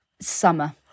summer